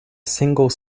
single